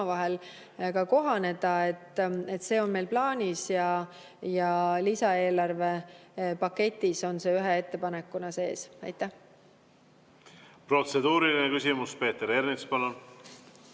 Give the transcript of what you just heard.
omavahel kohaneda. See on meil plaanis ja lisaeelarvepaketis on see ühe ettepanekuna sees. Aitäh!